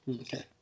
Okay